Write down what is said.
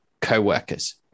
Coworkers